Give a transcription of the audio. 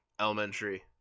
elementary